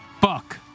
Buck